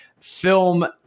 film